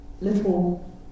little